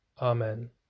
Amen